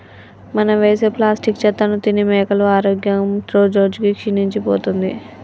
మనం వేసే ప్లాస్టిక్ చెత్తను తిని మేకల ఆరోగ్యం రోజురోజుకి క్షీణించిపోతుంది